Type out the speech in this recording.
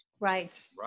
Right